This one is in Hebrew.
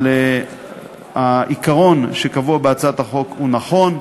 אבל העיקרון שקבוע בהצעת החוק הוא נכון.